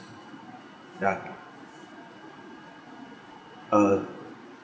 ya uh